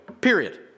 Period